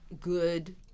good